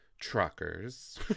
truckers